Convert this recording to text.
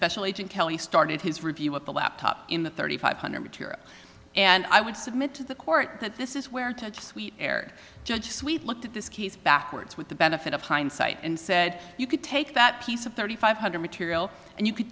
special agent kelly started his review of the laptop in the thirty five hundred material and i would submit to the court that this is where ted sweet air judge suite looked at this case backwards with the benefit of hindsight and said you could take that piece of thirty five hundred material and you could